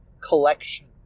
collection